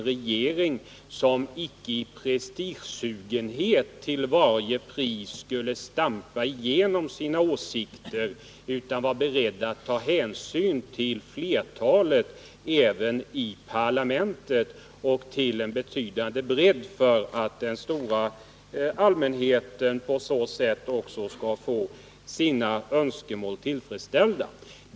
Regeringen skall inte av prestigesugenhet till varje pris försöka stampa igenom sina åsikter utan bör vara beredd att ta hänsyn till flertalet även i parlamentet och till en betydande opinion, så att den stora allmänheten på så sätt får sina önskemål tillfredsställda.